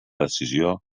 decisió